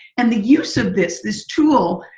and the use of this this tool,